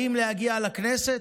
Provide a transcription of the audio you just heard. אם להגיע לכנסת,